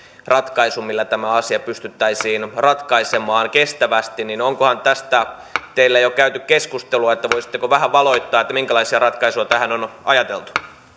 ratkaisun millä tämä asia pystyttäisiin ratkaisemaan kestävästi onkohan tästä teillä jo käyty keskustelua voisitteko vähän valottaa minkälaisia ratkaisuja tähän on ajateltu